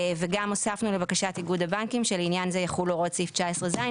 וגם הוספנו לבקשת איגוד הבנקים שלעניין זה יחולו הוראות סעיף 19(ז),